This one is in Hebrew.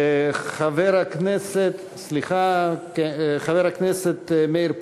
חבר הכנסת מאיר פרוש,